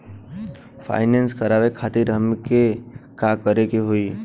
Finance करावे खातिर हमें का करे के होई?